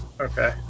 Okay